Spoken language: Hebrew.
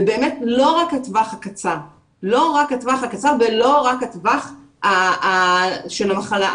לא רק הטווח הקצר ולא רק הטווח של המחלה.